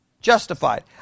justified